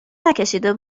نکشیده